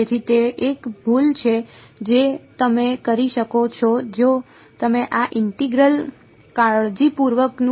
તેથી તે એક ભૂલ છે જે તમે કરી શકો છો જો તમે આ ઇન્ટિગ્રલ કાળજીપૂર્વક ન કર્યું હોય તો ઠીક છે